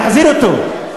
להחזיר אותו.